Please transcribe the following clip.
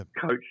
Coach